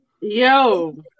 Yo